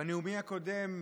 בנאומי הקודם,